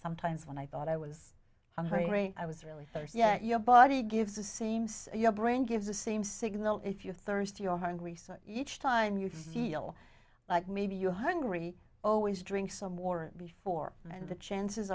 sometimes when i thought i was hungry i was really yeah your body gives a seems your brain gives the same signal if you're thirsty or hungry so each time you feel like maybe you're hungry always drink some warrant before and the chances